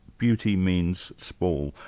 beauty means small.